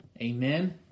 Amen